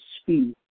speed